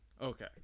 Okay